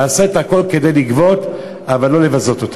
תעשה את הכול כדי לגבות, אבל לא לבזות אותם.